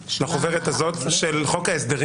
בחוק,